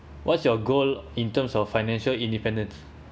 what's your goal in terms of financial independence